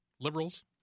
liberals